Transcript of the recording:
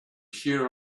here